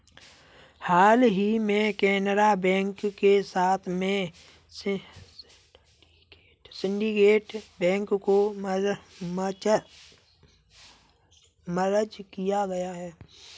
हाल ही में केनरा बैंक के साथ में सिन्डीकेट बैंक को मर्ज किया गया है